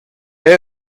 era